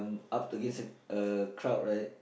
up against a crowd right